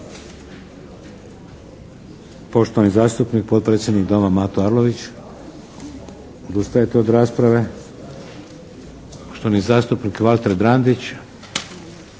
Poštovani zastupnik, potpredsjednik Doma, Mato Arlović. Odustajete od rasprave. Poštovani zastupnik Valter Drandić.